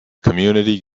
community